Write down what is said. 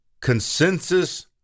consensus